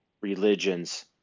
religions